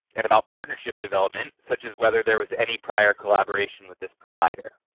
and about partnership development such as whether there was any prior collaboration with this provider.